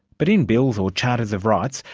but in bills or charters of rights,